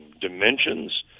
dimensions